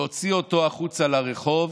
להוציא אותו החוצה לרחוב,